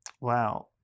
Wow